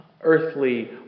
earthly